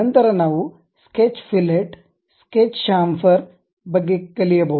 ನಂತರ ನಾವು sketch fillet sketch chamfer ಬಗ್ಗೆ ಕಲಿಯಬಹುದು